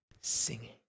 singing